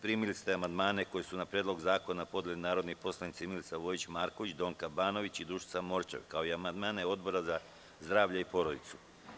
Primili ste amandmane koje su na Predlog zakona podneli narodni poslanici Milica Vojić Marković, Donka Banović i Dušica Morčev, kao i amandmane Odbora za zdravlje i porodicu.